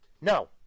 No